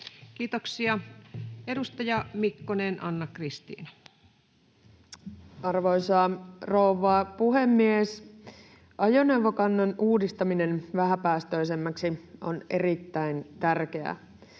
Kiitoksia. — Edustaja Mikkonen, Anna-Kristiina. Arvoisa rouva puhemies! Ajoneuvokannan uudistaminen vähäpäästöisemmäksi on erittäin tärkeää.